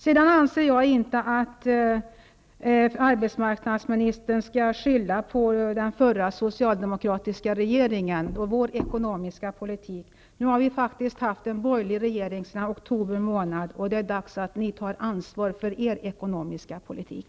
Jag anser inte att arbetsmarknadsministern skall skylla på den förra, socialdemokratiska regeringen och dess ekonomiska politik. Vi har haft en borgerlig regering sedan oktober månad, och det är dags att den tar ansvar för sin ekonomiska politik.